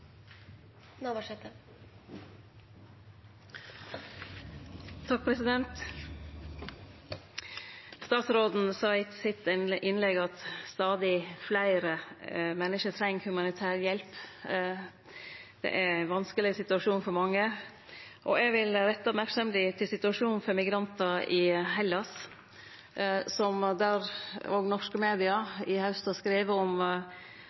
Statsråden sa i innlegget sitt at stadig fleire menneske treng humanitær hjelp. Det er ein vanskeleg situasjon for mange, og eg vil rette merksemda mot situasjonen for migrantar i Hellas, der òg norske media i haust har skrive om